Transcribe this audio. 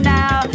now